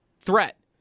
threat